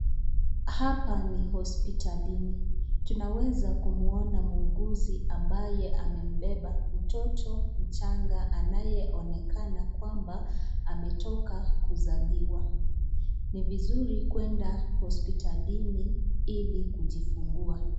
Hapa ni hospitalini. Tunaweza kumuona muuguzi ambaye amembeba mtoto mchanga anayeonekana kwamba ametoka kuzaliwa. Ni vizuri kwenda hospitalini ili kujifungua.